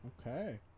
Okay